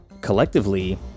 collectively